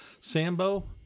Sambo